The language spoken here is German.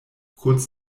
kurz